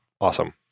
awesome